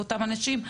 לאותם אנשים?